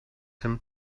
him